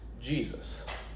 Jesus